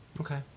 Okay